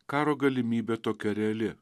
karo galimybė tokia reali